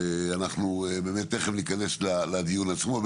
ותיכף ניכנס לדיון עצמו.